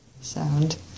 Sound